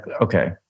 okay